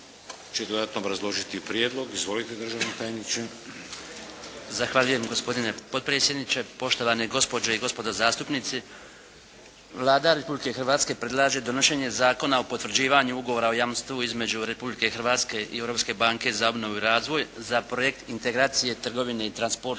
će dodatno obrazložiti prijedlog. Izvolite državni tajniče. **Bačić, Branko (HDZ)** Zahvaljujem gospodine potpredsjedniče, poštovane gospođe i gospodo zastupnici. Vlada Republike Hrvatske predlaže donošenje Zakona o potvrđivanju Ugovora o jamstvu između Republike Hrvatske i Europske banke za obnovu i razvoj za Projekt integracije trgovine i transporta